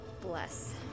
Bless